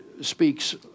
speaks